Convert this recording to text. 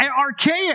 archaic